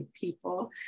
people